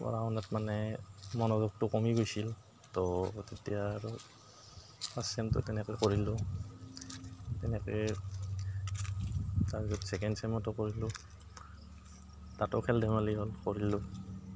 পঢ়া শুনাত মানে মনোযোগটো কমি গৈছিল তো তেতিয়া আৰু ফাৰ্ষ্ট ছেমটো তেনেকৈ কৰিলোঁ তেনেকৈ তাৰপিছত ছেকেণ্ড ছেমতো কৰিলোঁ তাতো খেল ধেমালি হ'ল পঢ়িলোঁ